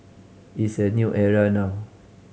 it's a new era now